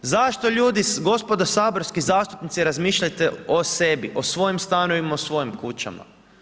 Zašto ljudi, gospodo saborski zastupnici razmišljajte o sebi, o svojim stanovima, o svojim kućama.